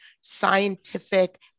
scientific